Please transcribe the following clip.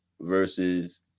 versus